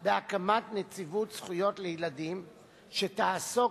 בהקמת נציבות זכויות לילדים שתעסוק